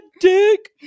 Dick